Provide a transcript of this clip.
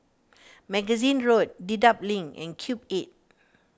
Magazine Road Dedap Link and Cube eight